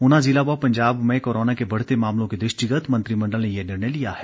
ऊना जिला व पंजाब में कोरोना के बढ़ते मामलों के दृष्टिगत मंत्रिमंडल ने यह निर्णय लिया है